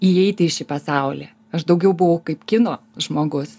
įeiti į šį pasaulį aš daugiau buvau kaip kino žmogus